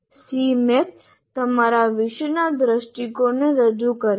Cmap તમારા વિષયના દૃષ્ટિકોણને રજૂ કરે છે